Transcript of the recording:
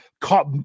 caught